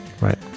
Right